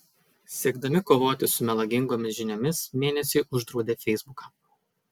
siekdami kovoti su melagingomis žiniomis mėnesiui uždraudė feisbuką